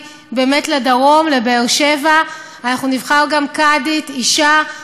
באמת, לדרום, לבאר-שבע, אנחנו נבחר גם קאדית אישה.